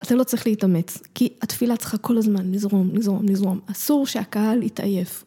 אתה לא צריך להתאמץ, כי התפילה צריכה כל הזמן לזרום, לזרום, לזרום, אסור שהקהל יתעייף.